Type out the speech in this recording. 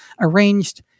arranged